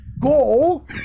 Go